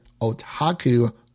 Otaku